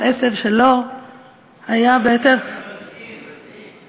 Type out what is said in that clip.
עשב שלא היה בהיתר הם היום שייכים לסין.